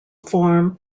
form